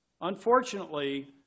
Unfortunately